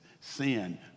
sin